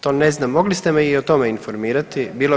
To ne znam, mogli ste me i o tome informirati.